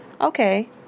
Okay